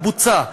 בוצע.